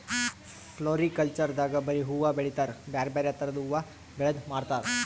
floriculture ದಾಗ್ ಬರಿ ಹೂವಾ ಬೆಳಿತಾರ್ ಬ್ಯಾರೆ ಬ್ಯಾರೆ ಥರದ್ ಹೂವಾ ಬೆಳದ್ ಮಾರ್ತಾರ್